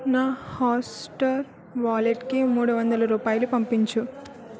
నా Hotstar వాలెట్కి మూడు వందల రూపాయలు పంపించు